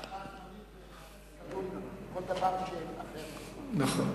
הוועדה הזמנית מוסמכת לדון בכל דבר, נכון.